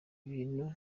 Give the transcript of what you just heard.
bintu